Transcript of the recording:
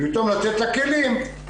במקום לתת לה כלים,